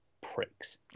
Pricks